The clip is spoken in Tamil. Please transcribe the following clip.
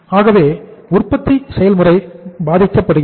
ஆகவே உற்பத்தி செயல்முறை பாதிக்கப்படுகிறது